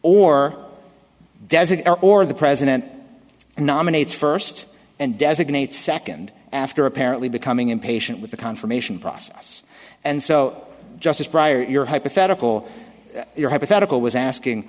or designee or the president nominates first and designate second after apparently becoming impatient with the confirmation process and so just prior your hypothetical your hypothetical was asking